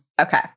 Okay